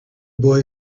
boy